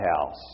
House